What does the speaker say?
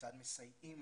כיצד מסייעים